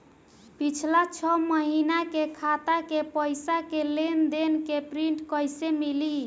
पिछला छह महीना के खाता के पइसा के लेन देन के प्रींट कइसे मिली?